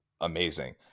amazing